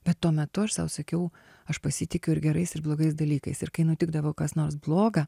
bet tuo metu aš sau sakiau aš pasitikiu ir gerais ir blogais dalykais ir kai nutikdavo kas nors bloga